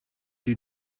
you